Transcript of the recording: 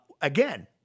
Again